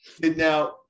Now